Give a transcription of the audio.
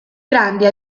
grande